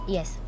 Yes